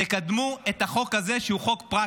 תקדמו את החוק הזה, שהוא חוק פרקטי.